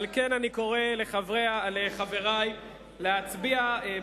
האם כל מי שעושה עסקה עם ראש הממשלה דינו להישאר נטוש